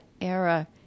era